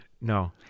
No